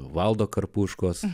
valdo karpuškos